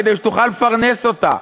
כדי שתוכל לפרנס אותה.